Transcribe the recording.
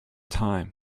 time